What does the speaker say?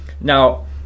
Now